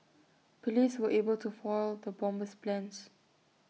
Police were able to foil the bomber's plans